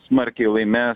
smarkiai laimė